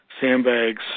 sandbags